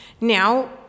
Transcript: Now